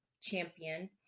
champion